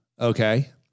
okay